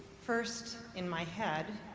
first in my head,